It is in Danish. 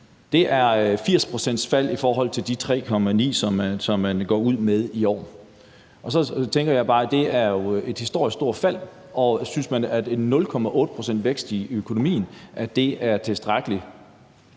Det er et 80-procentsfald i forhold til de 3,9 pct., som man går ud med i år. Så tænker jeg bare, at det jo er et historisk stort fald. Synes man, at en vækst på 0,8 pct. i økonomien er tilstrækkelig?